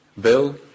Bill